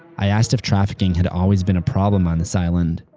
i asked if trafficking had always been a problem on this island.